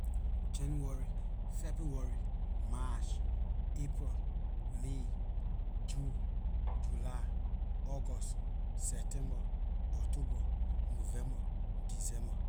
January february march april may june july august september october november december